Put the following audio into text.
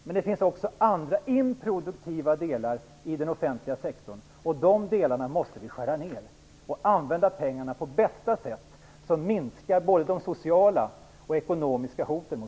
Men det finns också andra, improduktiva delar i den offentliga sektorn, och de delarna måste vi skära ner. Vi måste använda pengarna på bästa sätt. Då minskar både de sociala och ekonomiska hoten mot